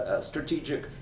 strategic